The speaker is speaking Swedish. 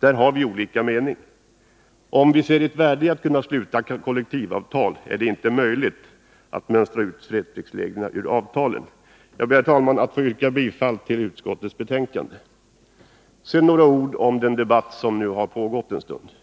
har vi olika uppfattningar. Om vi ser ett värde i att kunna sluta kollektivavtal, är det inte möjligt att mönstra ut fredspliktsreglerna ur avtalen. Jag ber, herr talman, att få yrka bifall till utskottets hemställan. Sedan några ord om den debatt som nu har pågått en stund.